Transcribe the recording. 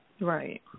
Right